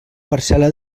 parcel·la